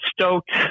stoked